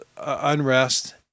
unrest